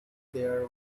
there